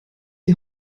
die